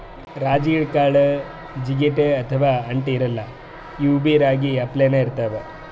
ರಾಜಗಿರಿ ಕಾಳ್ ಜಿಗಟ್ ಅಥವಾ ಅಂಟ್ ಇರಲ್ಲಾ ಇವ್ಬಿ ರಾಗಿ ಅಪ್ಲೆನೇ ಇರ್ತವ್